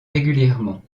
régulièrement